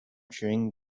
chewing